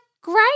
great